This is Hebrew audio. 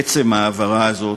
עצם ההעברה הזאת,